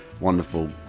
wonderful